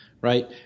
right